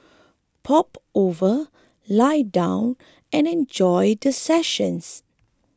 pop over lie down and enjoy the session